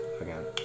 again